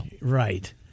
Right